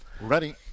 Ready